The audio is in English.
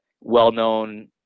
well-known